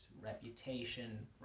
Reputation